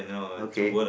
okay